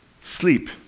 sleep